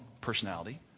personality